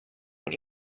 when